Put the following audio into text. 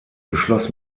beschloss